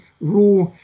raw